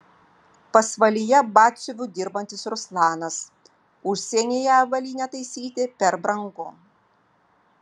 pasvalyje batsiuviu dirbantis ruslanas užsienyje avalynę taisyti per brangu